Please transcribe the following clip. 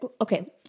okay